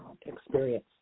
experience